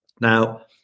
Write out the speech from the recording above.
Now